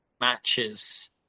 Matches